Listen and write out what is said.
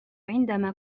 عندما